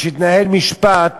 שהתנהל משפט